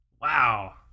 Wow